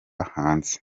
hanze